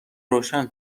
روشن